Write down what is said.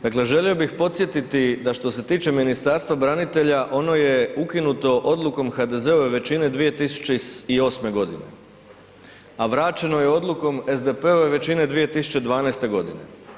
Dakle, želio bih podsjetiti da što se tiče Ministarstva branitelja, ono je ukinuto odlukom HDZ-ove većine 2008. g. a vraćeno je odlukom SDP-ove većine 2012. godine.